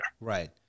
Right